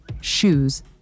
shoes